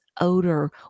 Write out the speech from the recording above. odor